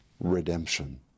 redemption